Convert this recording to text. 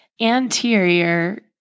anterior